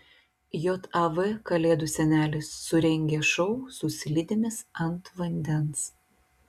jav kalėdų senelis surengė šou su slidėmis ant vandens